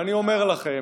ואני אומר לכם,